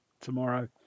tomorrow